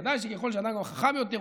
ודאי שככל שאדם חכם יותר,